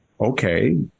okay